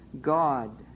God